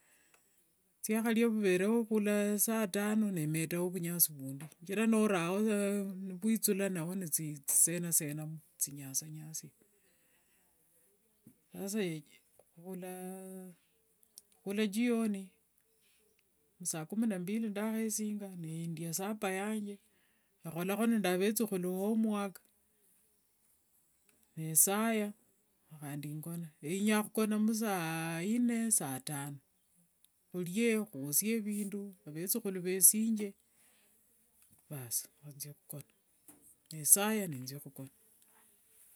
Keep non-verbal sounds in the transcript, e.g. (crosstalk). Thiakharia vunyasi vuvereo khula saa tano, nemetao vunyasi vundi, shichira norao nivwithulana nithisena sena nithinyasia, sasa (hesitation) khula jioni sakumi na mbili ndakhesinga, ndia sapa yanje ekholakho nde avethukhulu homework ne saya khandi ngona etinyanga khukona musaine saa tano, khurie khwosie vindu vethukhulu vesinge basi nikhuthia khukona, nesanya nikhuthia khukona.